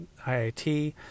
IIT